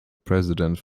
president